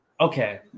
okay